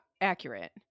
accurate